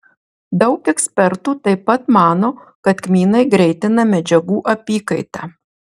daug ekspertų taip pat mano kad kmynai greitina medžiagų apykaitą